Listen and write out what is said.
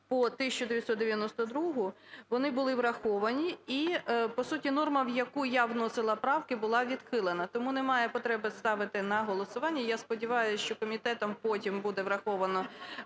по 1992, вони були враховані і, по суті, норма, в яку я вносила правки, була відхилена. Тому немає потреби ставити на голосування. Я сподіваюся, що комітетом потім буде враховано